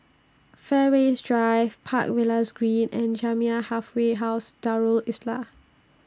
Fairways Drive Park Villas Green and Jamiyah Halfway House Darul Islah